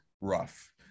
rough